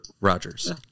Rogers